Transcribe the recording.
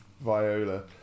Viola